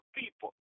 people